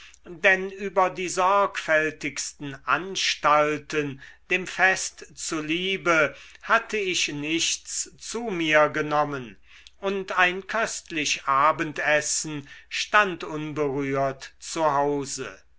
denn über die sorgfältigsten anstalten dem fest zuliebe hatte ich nichts zu mir genommen und ein köstlich abendessen stand unberührt